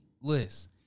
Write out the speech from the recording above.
list